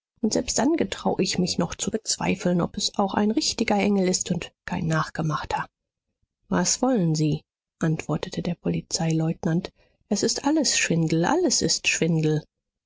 und selbst dann getrau ich mich noch zu bezweifeln ob es auch ein richtiger engel ist und kein nachgemachter was wollen sie antwortete der polizeileutnant es ist alles schwindel alles ist schwindel